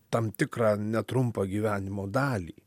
tam tikrą netrumpą gyvenimo dalį